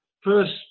First